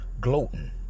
gloating